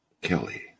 Kelly